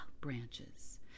branches